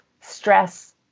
stress